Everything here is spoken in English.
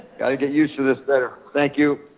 gotta get used to this better, thank you.